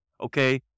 Okay